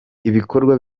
ibikorwa